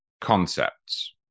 concepts